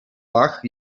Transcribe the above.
pach